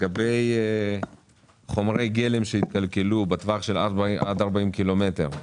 לגבי חומרי גלם שהתקלקלו בטווח של עד 40 קילומטר.